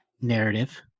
narrative